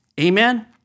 Amen